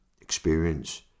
experience